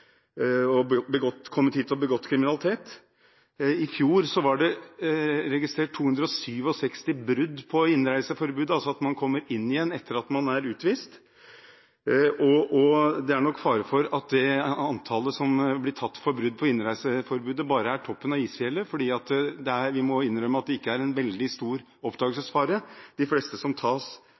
ha begått kriminalitet. I fjor ble det registrert 267 brudd på innreiseforbudet, altså at man kommer inn igjen etter at man er utvist, og det er nok fare for at det antallet – de som blir tatt for brudd på innreiseforbudet – bare er toppen av isfjellet, for vi må innrømme at det ikke er noen veldig stor oppdagelsesfare. De fleste som tas,